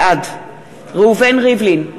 בעד ראובן ריבלין,